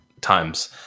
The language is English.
times